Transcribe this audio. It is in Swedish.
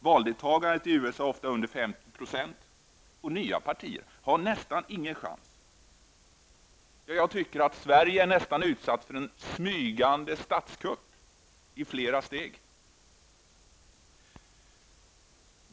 Valdeltagandet i USA är oftast under 50 % och nya partier har nästan ingen chans. Sverige är utsatt för en smygande ''statskupp'' i flera steg.